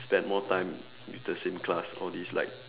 spend more time with the same class all these like